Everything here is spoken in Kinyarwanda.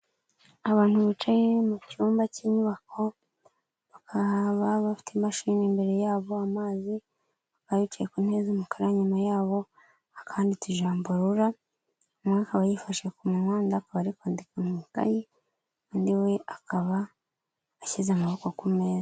Abantu bicaye mu cyumba cy'inyubako, bakaba bafite imashini imbere yabo, amazi, bicaye ku ntebe z'umukara, inyuma yabo akanditse ijambo rura, umwe akaba yifashe ku munwa, undi akaba ari kwandika mu ikayi, undi we akaba ashyize amaboko ku meza.